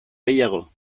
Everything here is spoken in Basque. gehiago